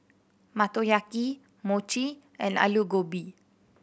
Motoyaki Mochi and Alu Gobi